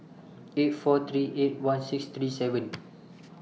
eight four three eight one six three seven